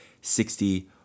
sixty